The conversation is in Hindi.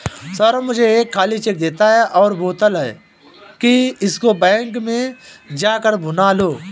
सौरभ मुझे एक खाली चेक देता है और बोलता है कि इसको बैंक में जा कर भुना लो